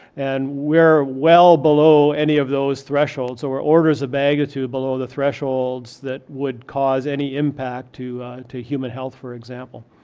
and we're well below any of those thresholds, or orders of magnitude below the thresholds that would cause any impact to to human health, for example.